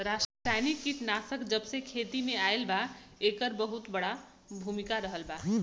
रासायनिक कीटनाशक जबसे खेती में आईल बा येकर बहुत बड़ा भूमिका रहलबा